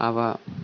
അവ